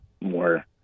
more